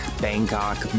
Bangkok